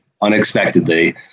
unexpectedly